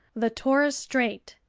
the torres strait,